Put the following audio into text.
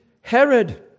Herod